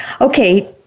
Okay